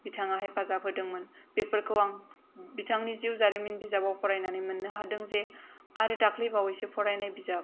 बिथाङा हेफाजाब होदोंमोन बेफोरखौ आं बिथांनि जिउ जारिमिन बिजाबाव फरायनानै मोननो हादों जे आरो दाखालिबावैसो फरायनाय बिजाब